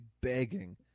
begging